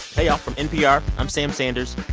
hey, y'all. from npr, i'm sam sanders.